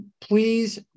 please